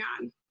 on